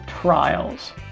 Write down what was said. trials